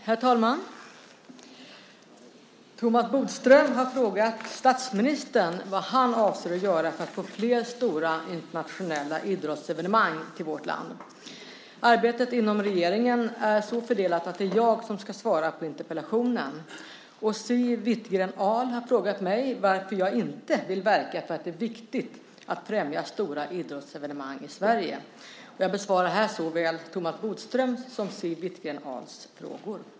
Herr talman! Thomas Bodström har frågat statsministern vad han avser att göra för att få flera stora internationella idrottsevenemang till vårt land. Arbetet inom regeringen är så fördelat att det är jag som ska svara på interpellationen. Siw Wittgren-Ahl har frågat mig varför jag inte vill verka för att det är viktigt att främja stora idrottsevenemang i Sverige. Jag besvarar här såväl Thomas Bodströms som Siw Wittgren-Ahls frågor.